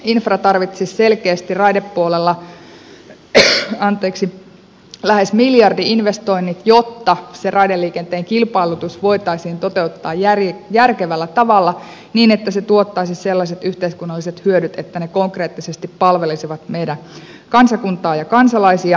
infra tarvitsisi selkeästi raidepuolella lähes miljardi investoinnit jotta se raideliikenteen kilpailutus voitaisiin toteuttaa järkevällä tavalla niin että se tuottaisi sellaiset yhteiskunnalliset hyödyt että ne konkreettisesti palvelisivat meidän kansakuntaamme ja kansalaisia